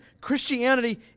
Christianity